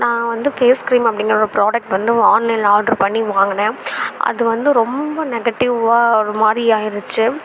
நான் வந்து face cream அப்படிங்குற ஒரு ப்ராடக்ட் வந்து ஆன்லைனில் ஆட்ரு பண்ணி வாங்கினேன் அது வந்து ரொம்ப நெகட்டிவாக ஒரு மாதிரி ஆகிருச்சி